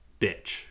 bitch